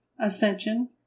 Ascension